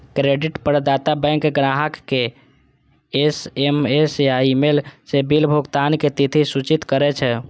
credit प्रदाता bank ग्राहक कें एस.एम.एस या ईमेल सं बिल भुगतानक तिथि सूचित करै छै